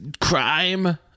Crime